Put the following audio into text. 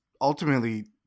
ultimately